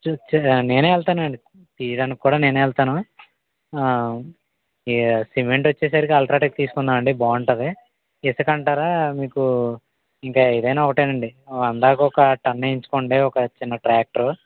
చూసు నేనే వెళ్తానండి తీయడానికి కూడా నేనే వెళ్తాను సిమెంట్ వచ్చేసరికి అల్ట్రాటెక్ తీసుకుందామండి బాగుంటుంది ఇసుకంటారా మీకు ఇంకా ఏదైనా ఒకటే అండి అందక ఒక టన్ను వేయించుకోండి ఒక చిన్న ట్రాక్టరు